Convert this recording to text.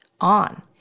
on